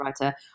writer